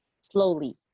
Slowly